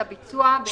משפטים.